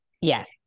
Yes